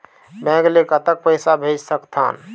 Bank ले कतक पैसा भेज सकथन?